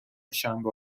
شنبه